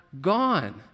gone